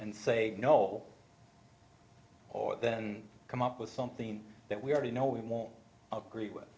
and say no or then come up with something that we already know we won't agree with